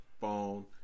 phone